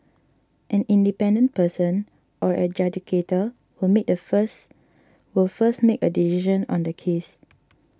an independent person or adjudicator will make the first will first make a decision on the case